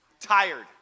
Tired